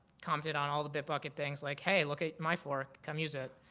commented on all the bit bucket things, like, hey look at my fork, come us it,